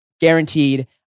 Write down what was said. Guaranteed